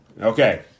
Okay